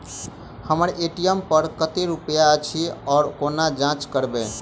हम्मर ए.टी.एम पर कतेक रुपया अछि, ओ कोना जाँच करबै?